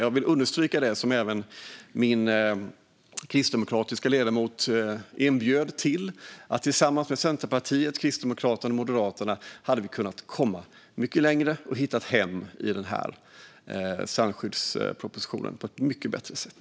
Jag vill understryka det som även den kristdemokratiska ledamoten inbjöd till: Tillsammans med Centerpartiet, Kristdemokraterna och Moderaterna hade vi kunnat komma mycket längre och hitta hem i den här strandskyddspropositionen på ett mycket bättre sätt.